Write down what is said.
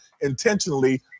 intentionally